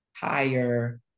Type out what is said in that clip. Higher